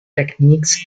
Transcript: techniques